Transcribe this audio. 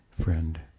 friend